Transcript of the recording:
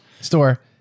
store